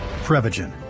Prevagen